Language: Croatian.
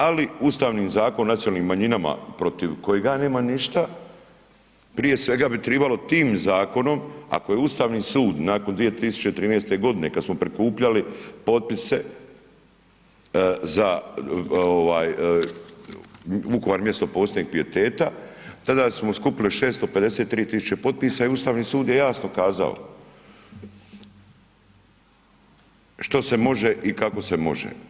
Ali Ustavnim zakonom o nacionalnim manjinama protiv kojega ja nemam ništa prije svega bi trebalo tim zakonom ako je Ustavni sud nakon 2013. godine kada smo prikupljali potpise za Vukovar mjesto posebnog pijeteta tada smo skupili 653 tisuće potpisa i Ustavni sud je jasno kazao što se može i kako se može.